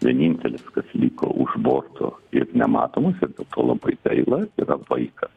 vienintelis kas liko už borto ir nematomas ir dėl to labai gaila yra vaikas